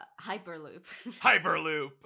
Hyperloop